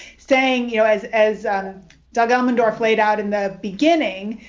saying, you know, as as doug elmendorf laid out in the beginning,